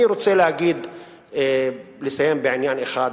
אני רוצה לסיים בעניין אחד,